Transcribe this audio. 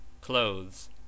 clothes